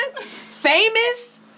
Famous